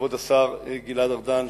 כבוד השר גלעד ארדן,